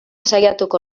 saiatuko